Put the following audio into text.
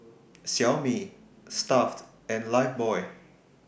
Xiaomi Stuff'd and Lifebuoy